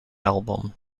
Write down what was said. album